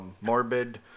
morbid